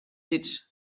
ditch